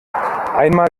einmal